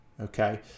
okay